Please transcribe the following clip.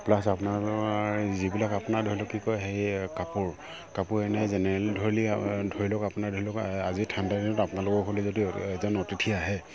plus আপোনালোকৰ যিবিলাক আপোনাৰ ধৰি লওক কি কয় সেই কাপোৰ কাপোৰ এনেই জেনেৰেলী ধৰিলি ধৰি লওক আপোনাৰ ধৰি লওক আজি ঠাণ্ডা দিনত আপোনালোকৰ ঘৰলৈ যদি এজন অতিথি আহে